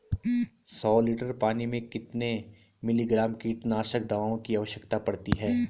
सौ लीटर पानी में कितने मिलीग्राम कीटनाशक दवाओं की आवश्यकता पड़ती है?